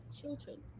children